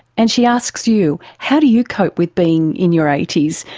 and she asks you, how do you cope with being in your eighty s,